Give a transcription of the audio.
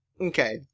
Okay